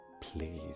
please